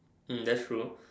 um that's true